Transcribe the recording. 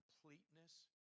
completeness